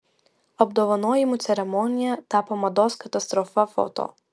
apdovanojimų ceremonija tapo mados katastrofa foto